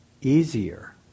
easier